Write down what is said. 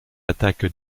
attaque